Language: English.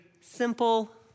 simple